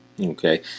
Okay